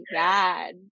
god